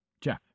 Jeff